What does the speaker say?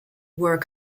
were